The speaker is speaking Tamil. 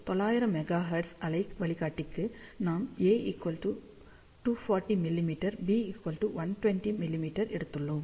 900 மெகா ஹெர்ட்ஸ் அலை வழிகாட்டிக்கு நாம் ஏ240 மிமீ பி 120 மிமீ எடுத்துள்ளோம்